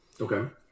Okay